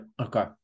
okay